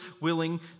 willing